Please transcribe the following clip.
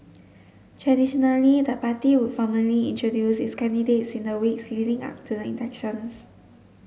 traditionally the party would formally introduce its candidates in the weeks leading up to the elections